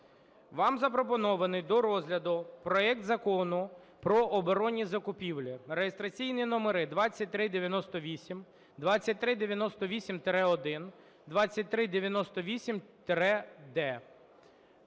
Вам запропонований до розгляду проект Закону про оборонні закупівлі (реєстраційні номери: 2398, 2398-1, 2398-д).